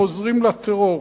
חוזרים לטרור.